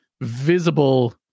visible